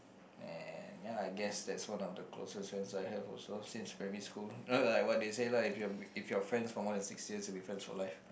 eh ya I guess that's one of the closest friends I have also since primary school like what they say lah if you b~ if you have friends for more than six years you will be friends for life